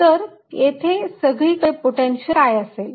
तर येथे सगळीकडे पोटेन्शिअल काय असेल